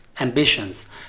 ambitions